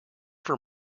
for